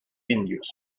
indios